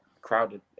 crowded